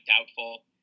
doubtful